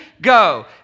Go